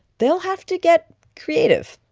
they'll have to get creative.